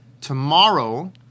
tomorrow